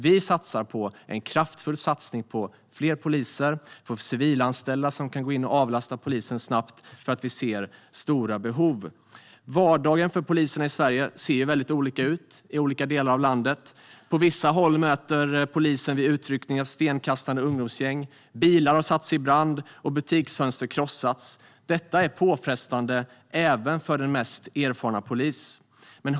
Vi har en kraftfull satsning på fler poliser och på civilanställda som kan gå in och avlasta polisen snabbt, för vi ser stora behov. Vardagen för poliserna i Sverige ser ju väldigt olika ut i olika delar av landet. På vissa håll möts polisen vid utryckningar av stenkastande ungdomsgäng. Bilar har satts i brand och butiksfönster krossats. Detta är påfrestande även för den mest erfarna polis.